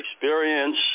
experience